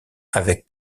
avec